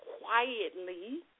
quietly